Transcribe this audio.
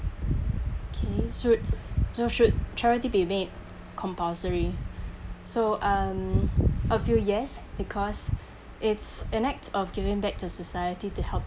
K should so should charity be made compulsory so um I'll feel yes because it's an act of giving back to society to help